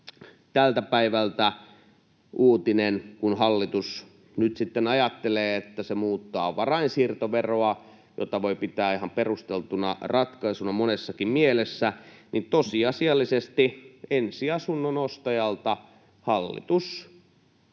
tältä päivältä uutinen: kun hallitus nyt sitten ajattelee, että se muuttaa varainsiirtoveroa, mitä voi pitää ihan perusteltuna ratkaisuna monessakin mielessä, niin tosiasiallisesti ensiasunnon ostajalta hallitus